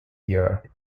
year